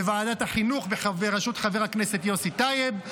בוועדת החינוך בראשות חבר הכנסת יוסי טייב,